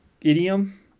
idiom